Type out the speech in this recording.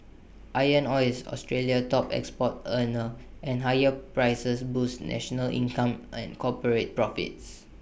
iron ore is Australia's top export earner and higher prices boosts national income and corporate profits